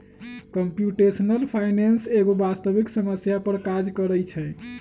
computational finance एगो वास्तविक समस्या पर काज करइ छै